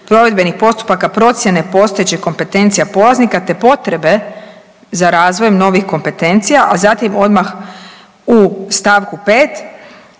provedbenih postupaka procijene postojećih kompetencija polaznika, te potrebe za razvojem novih kompetencija, a zatim odmah u st. 5.